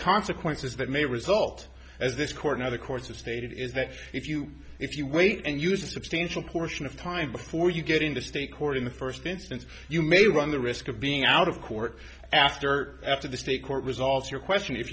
consequences that may result as this court now the courts have stated is that if you if you wait and use a substantial portion of time before you get into state court in the first instance you may run the risk of being out of court after after the state court results your question if